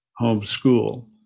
homeschool